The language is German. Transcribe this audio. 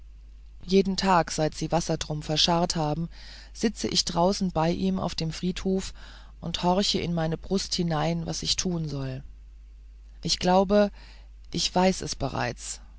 jeden tag seit sie wassertrum verscharrt haben sitze ich draußen bei ihm auf dem friedhof und horche in meine brust hinein was ich tun soll ich glaube ich weiß es bereits